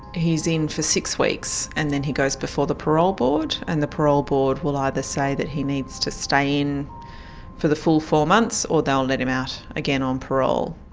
he's in for six weeks and then he goes before the parole board and the parole board will ah either say that he needs to stay in for the full four months or they'll let him out again on parole.